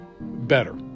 better